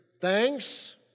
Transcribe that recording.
thanks